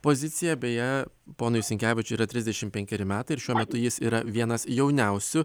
poziciją beje ponui sinkevičiui yra trisdešimt penkeri metai ir šiuo metu jis yra vienas jauniausių